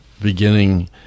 beginning